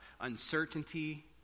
uncertainty